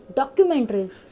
documentaries